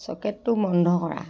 ছ'কেটটো বন্ধ কৰা